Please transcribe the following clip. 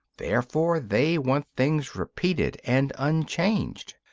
therefore they want things repeated and unchanged.